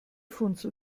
funzel